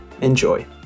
Enjoy